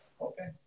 okay